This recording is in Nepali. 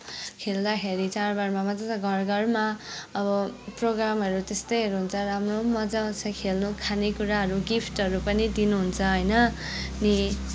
खेल्दाखेरि चाडबाडमा त घरघरमा अब प्रोग्रामहरू त्यस्तैहरू हुन्छ राम्रो मजा आउँछ खेल्न खानेकुराहरू गिफ्टहरू पनि दिनुहुन्छ होइन अनि